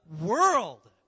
world